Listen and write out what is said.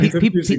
People